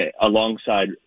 alongside